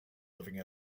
living